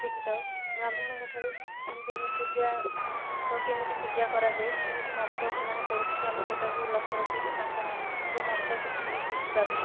ଶିଖିଥାଉ ବ୍ରାହ୍ମଣଙ୍କଠାରୁ ଯେମିତି ଆମେ ପୂଜା ଫଟୋ କେମିତି ପୂଜା କରାଯାଇ କେମିତି ମନ୍ତ୍ର ସେମାନେ ପଢ଼ୁଛନ୍ତି ଆମେ ସେଇଟାକୁ ଲକ୍ଷ୍ୟ ରଖିକି ତାଙ୍କଠାରୁ ମନ୍ତ୍ର କିଛି ବି ଶିଖିପାରୁ